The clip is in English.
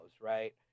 right